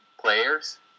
players